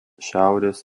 šiaurės